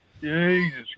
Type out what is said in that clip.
Jesus